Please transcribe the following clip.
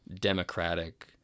democratic